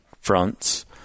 fronts